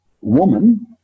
woman